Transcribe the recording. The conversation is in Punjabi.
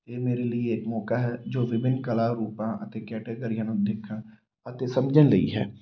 ਇਹ ਮੇਰੇ ਲਈ ਇੱਕ ਮੌਕਾ ਹੈ ਜੋ ਵਿਭਿੰਨ ਕਲਾ ਰੂਪਾਂ ਅਤੇ ਕੈਟਾਗਰੀਆਂ ਨੂੰ ਦੇਖਣ ਅਤੇ ਸਮਝਣ ਲਈ ਹੈ